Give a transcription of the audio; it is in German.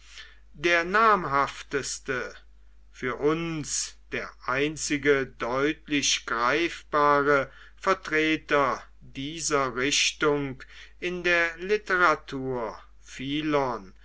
der namhafteste für uns der einzige deutlich greifbare vertreter dieser richtung in der literatur